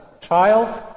child